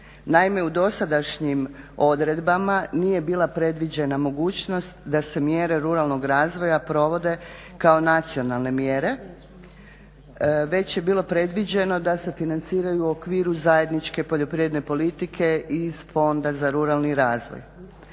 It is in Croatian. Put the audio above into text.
Naime, u dosadašnjim odredbama nije bila predviđena mogućnost da se mjere ruralnog razvoja provode kao nacionalne mjere već je bilo predviđeno da se financiraju u okviru zajedničke poljoprivredne politike iz Fonda za ruralni razvoj.